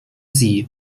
sie